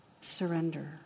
Surrender